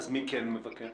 אז מי כן מבקר?